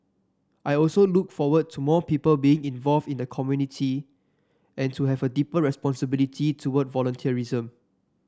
I also look forward to more people being involved in the community and to have a deeper responsibility towards volunteerism